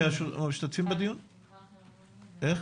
ענבל חרמוני, בבקשה.